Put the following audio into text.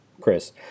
chris